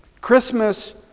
Christmas